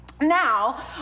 Now